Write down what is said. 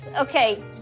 Okay